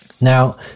Now